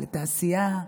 לתעשייה,